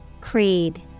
Creed